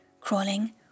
crawling